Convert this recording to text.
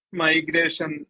migration